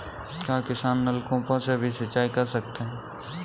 क्या किसान नल कूपों से भी सिंचाई कर सकते हैं?